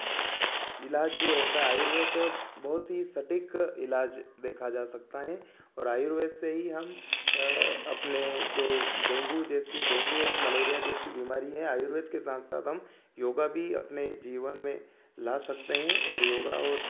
इलाज जो रहता है आयुर्वेद बहुत ही सटीक इलाज देखा जा सकता है और आयुर्वेद से ही हम अपने जो डेंगू जैसे डेंगू और मलेरिया जैसी बीमारी है आयुर्वेद के साथ साथ हम योग भी अपने जीवन में ला सकते हैं और योग और